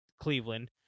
Cleveland